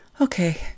Okay